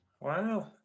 Wow